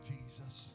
Jesus